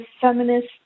feminist